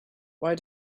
why